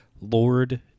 Lord